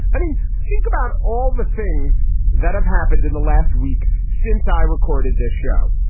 i mean, think about all the things that have happened in the last week since i recorded this show.